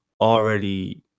already